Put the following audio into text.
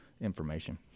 information